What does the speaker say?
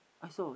x